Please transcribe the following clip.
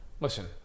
listen